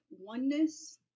oneness